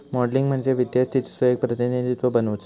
modelling म्हणजे वित्तीय स्थितीचो एक प्रतिनिधित्व बनवुचा